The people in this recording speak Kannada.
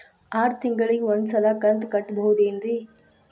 ಆರ ತಿಂಗಳಿಗ ಒಂದ್ ಸಲ ಕಂತ ಕಟ್ಟಬಹುದೇನ್ರಿ?